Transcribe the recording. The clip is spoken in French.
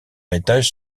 étage